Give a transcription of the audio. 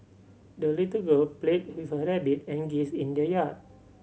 the little girl played her rabbit and geese in the yard